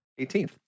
18th